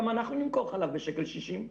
גם אנחנו נמכור חלב ב-1.60 שקלים.